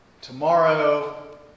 tomorrow